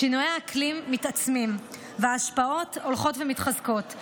שינויי האקלים מתעצמים וההשפעות הולכות ומתחזקות,